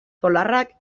polarrak